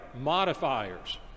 modifiers